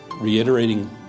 reiterating